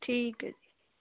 ਠੀਕ ਹੈ ਜੀ